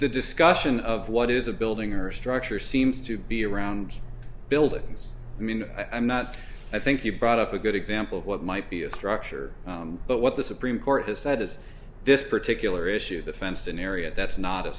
the discussion of what is a building or structure seems to be around buildings i mean i'm not i think you brought up a good example of what might be a structure but what the supreme court has said is this particular issue the fenced in area that's not a